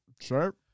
Sure